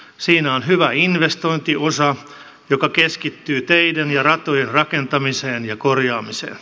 siinä on hyvä investointiosa joka keskittyy teiden ja ratojen rakentamiseen ja korjaamiseen